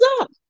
up